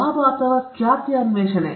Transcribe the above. ಲಾಭ ಅಥವಾ ಖ್ಯಾತಿಯ ಅನ್ವೇಷಣೆ